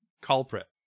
culprit